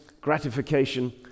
gratification